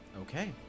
Okay